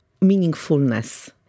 meaningfulness